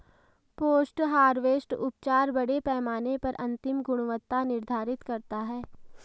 post harvest उपचार बड़े पैमाने पर अंतिम गुणवत्ता निर्धारित करता है